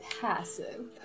passive